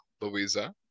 Louisa